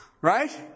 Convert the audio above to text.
Right